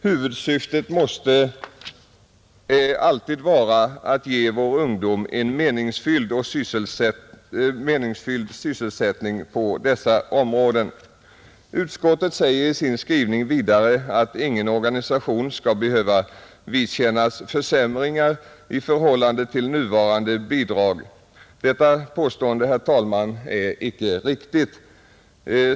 Huvudsyftet måste alltid vara att ge vår ungdom en meningsfylld sysselsättning på dessa områden, Utskottet säger i sin skrivning vidare att ingen organisation skall behöva vidkännas försämringar i förhållande till nuvarande bidrag. Detta påstående är, herr talman, icke riktigt.